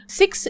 six